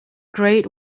grade